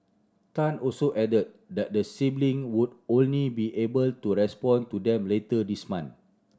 Tan also added that the sibling would only be able to respond to them later this month